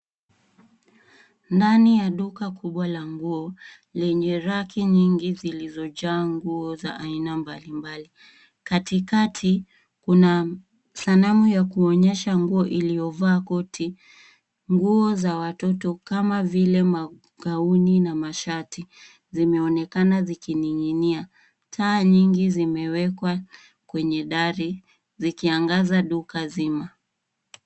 Ndani ya duka kubwa la nguo lenye raki nyingi zilizojaa nguo za aina mbali mbali. Katikati kuna sanamu ya kuonyesha nguo iliyovaa koti. Nguo za watoto kama vile gauni na mashati imeonekana zikininginia. Taa nyingi zimewekwa kwenye dari zikiangaza duka zima.